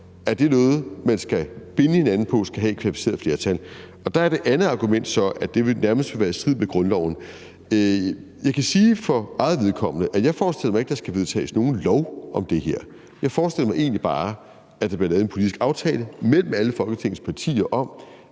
Er det noget, vi skal binde hinanden på skal have et kvalificeret flertal? Og der er det andet argument så, at det nærmest kan være i strid med grundloven. Jeg kan sige for mit eget vedkommende, at jeg ikke forestiller mig, at der skal vedtages nogen lov om det her. Jeg forestiller mig egentlig bare, at der bliver lavet en politisk aftale mellem alle Folketingets partier om,